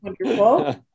Wonderful